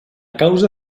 causa